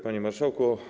Panie Marszałku!